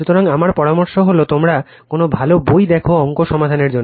সুতরাং আমার পরামর্শ হল তোমরা কোনো ভালো বই দেখো অঙ্ক সমাধানের জন্য